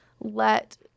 let